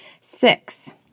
Six